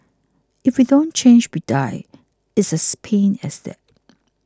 if we don't change we die it's as plain as that